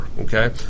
Okay